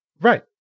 Right